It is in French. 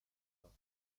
ans